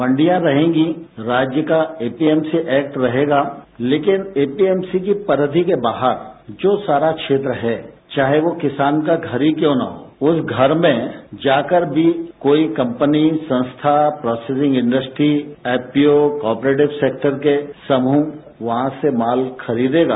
मंडियां रहेंगी राज्य का एपीएमसी एक्ट रहेगा लेकिन एपीएमसी की परिधी के बाहर जो सारा क्षेत्र है चाहे वो किसान का घर ही क्यों ना हो उस घर में जाकर भी कोई कम्पनी संस्था processing industry FPO cooperative sector के समूह वहां से माल खरीदेगा